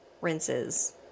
rinses